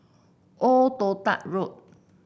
Old Toh Tuck Road